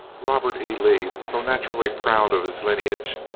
robert e. lee, though naturally proud of his lineage,